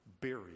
buried